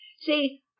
See